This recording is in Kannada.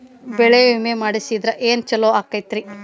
ಬೆಳಿ ವಿಮೆ ಮಾಡಿಸಿದ್ರ ಏನ್ ಛಲೋ ಆಕತ್ರಿ?